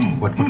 what